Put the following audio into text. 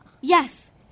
Yes